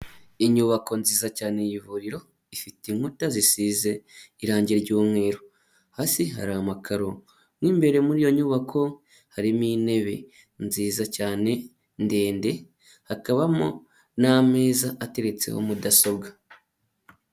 Inyubako nziza cyane y'ivuriro ifite inkuta zisize irangi ry'umweru, hasi hari amakaro mo imbere muri iyo nyubako harimo intebe nziza cyane, ndende, hakabamo n'ameza ateretseho mudasobwa.